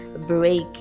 break